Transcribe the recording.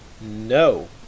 No